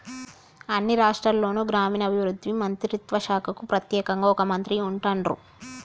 అన్ని రాష్ట్రాల్లోనూ గ్రామీణాభివృద్ధి మంత్రిత్వ శాఖకు ప్రెత్యేకంగా ఒక మంత్రి ఉంటాన్రు